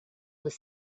with